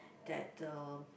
that the